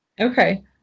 Okay